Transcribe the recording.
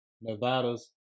Nevada's